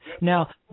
Now